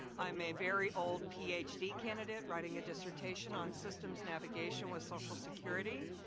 i'm a very old ph d. candidate writing a dissertation on systems navigation with social security,